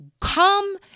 come